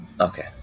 Okay